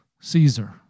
Caesar